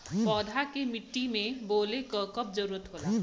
पौधा के मिट्टी में बोवले क कब जरूरत होला